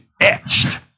etched